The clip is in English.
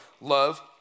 love